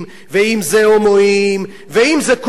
ואם כל מי שלא מוצא חן בעיני אלי ישי.